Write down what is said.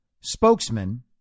Spokesman